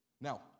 now